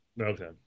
Okay